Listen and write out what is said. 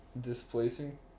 displacing